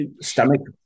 stomach